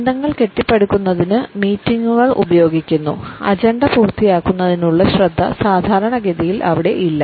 ബന്ധങ്ങൾ കെട്ടിപ്പടുക്കുന്നതിന് മീറ്റിംഗുകൾ ഉപയോഗിക്കുന്നു അജണ്ട പൂർത്തിയാക്കുന്നതിനുള്ള ശ്രദ്ധ സാധാരണഗതിയിൽ അവിടെ ഇല്ല